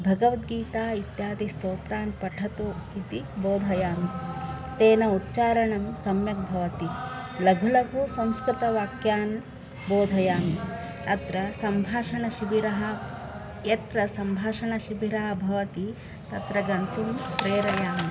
भगवद्गीता इत्यादि स्तोत्रान् पठतु इति बोधयामि तेन उच्चारणं सम्यक् भवति लघु लघु संस्कृतवाक्यानि बोधयामि अत्र सम्भाषणशिबिरः यत्र सम्भाषणशिबिरः भवति तत्र गन्तुं प्रेरयामि